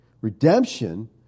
Redemption